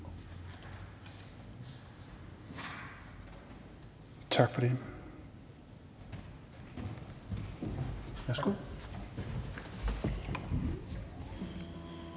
Tak for den